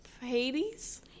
Hades